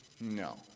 No